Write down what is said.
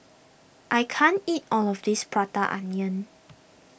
I can't eat all of this Prata Onion